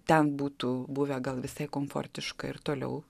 ten būtų buvę gal visai komfortiška ir toliau